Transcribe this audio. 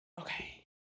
Okay